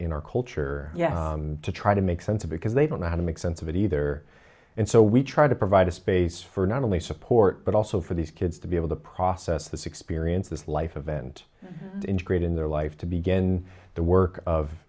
in our culture to try to make sense because they don't know how to make sense of it either and so we try to provide a space for not only support but also for these kids to be able to process this experience this life event integrate in their life to begin the work of